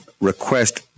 request